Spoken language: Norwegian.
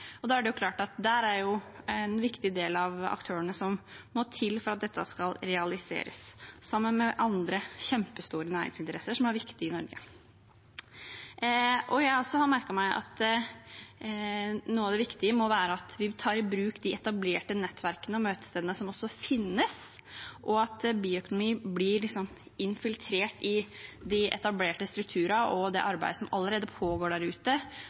er klart at der er en viktig del av aktørene som må til for at dette skal realiseres, sammen med andre kjempestore næringsinteresser som er viktige i Norge. Jeg har også merket meg at noe av det viktige må være at vi tar i bruk de etablerte nettverkene og møtestedene som finnes, og at bioøkonomi blir infiltrert i de etablerte strukturene og det arbeidet som allerede pågår